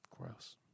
gross